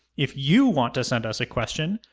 if you want to send us a question,